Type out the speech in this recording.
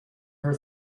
her